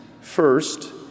first